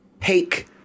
take